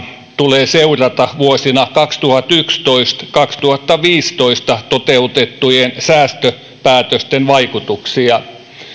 tulee seurata vuosina kaksituhattayksitoista viiva kaksituhattaviisitoista toteutettujen säästöpäätösten vaikutuksia